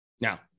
Now